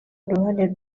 uruhare